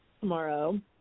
tomorrow